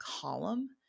column